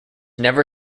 never